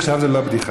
עכשיו זה לא בדיחה.